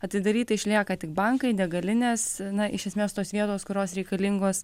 atidaryta išlieka tik bankai degalinės na iš esmės tos vietos kurios reikalingos